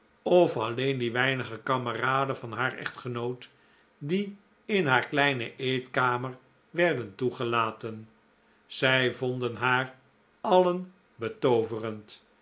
of alleen die weinige kameraden van haar echtgenoot die in haar kleine eetkamer werden toegelaten zij vonden haar alien betooverend